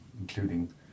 including